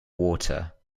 water